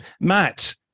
Matt